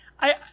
I-